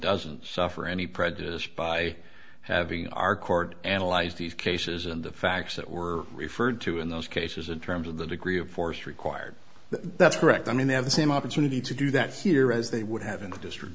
doesn't suffer any prejudice by having our court analyzed these cases and the facts that were referred to in those cases in terms of the degree of force required that's correct i mean they have the same opportunity to do that here as they would have in the district